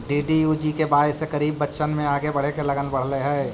DDUGKY से गरीब बच्चन में आगे बढ़े के लगन बढ़ले हइ